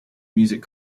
music